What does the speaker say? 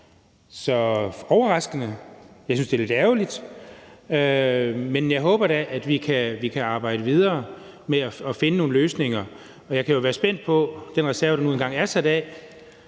så overraskende. Jeg synes, det er lidt ærgerligt. Men jeg håber da, at vi kan arbejde videre med at finde nogle løsninger, og jeg kan jo være spændt på, hvad den reserve, der nu engang er sat af,